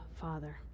Father